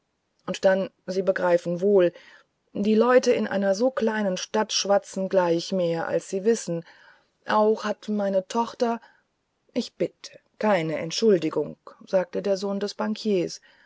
und dann sie begreifen wohl die leute in einer so kleinen stadt schwatzen gleich mehr als sie wissen auch hat meine tochter ich bitte keine entschuldigung sagte der sohn des bankiers